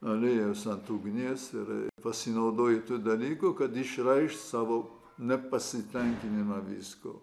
aliejus ant ugnies ir pasinaudoji tuo dalyku kad išreikš savo nepasitenkinimą viskuo